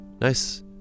Nice